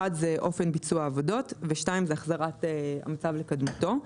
האחד זה אופן ביצוע העבודות והשני זה החזרת המצב לקדמותו.